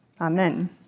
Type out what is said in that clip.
Amen